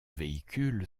véhicule